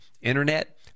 internet